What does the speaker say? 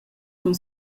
cun